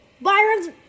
Byron's